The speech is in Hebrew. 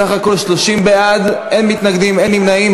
בסך הכול 30 בעד, אין מתנגדים, אין נמנעים.